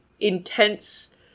intense